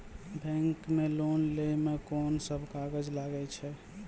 Bank मे loan लै मे कोन सब कागज लागै छै?